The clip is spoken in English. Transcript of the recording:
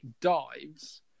dives